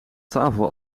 tafel